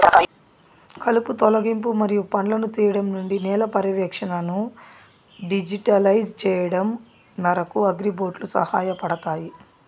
కలుపు తొలగింపు మరియు పండ్లను తీయడం నుండి నేల పర్యవేక్షణను డిజిటలైజ్ చేయడం వరకు, అగ్రిబోట్లు సహాయపడతాయి